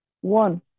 One